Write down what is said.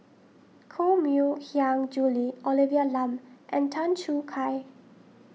Koh Mui Hiang Julie Olivia Lum and Tan Choo Kai